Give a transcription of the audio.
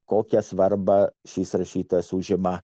kokią svarbą šis rašytas užima